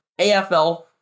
AFL-